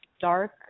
dark